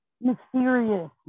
mysterious